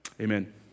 amen